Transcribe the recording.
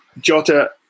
Jota